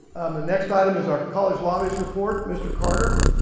the next item is our college lobbyist report. mr. carter.